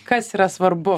kas yra svarbu